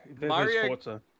Mario